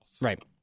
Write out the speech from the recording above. Right